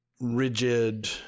rigid